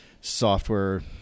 software